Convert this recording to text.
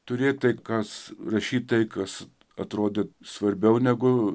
turėti tai kas rašyt tai kas atrodė svarbiau negu